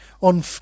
on